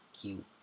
cute